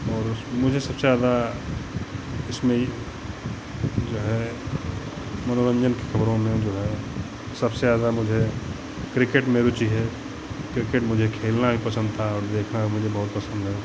और उस मुझे सबसे ज़्यादा इसमें इ जो है मनोरंजन की खबरों में जो है सबसे ज़्यादा मुझे क्रिकेट में रुचि है क्रिकेट मुझे खेलना भी पसंद था और देखना भी मुझे बहुत पसंद है